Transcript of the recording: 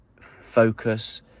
focus